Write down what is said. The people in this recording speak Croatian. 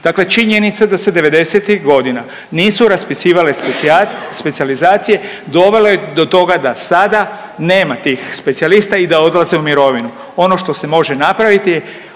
Dakle činjenica da se '90.-tih godina nisu raspisivale specijalizacije dovelo je do toga da sada nema tih specijalista i da odlaze u mirovinu. Ono što se može napraviti